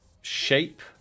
shape